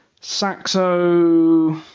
Saxo